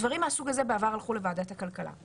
דברים מהסוג הזה בעבר הלכו לוועדת הכלכלה.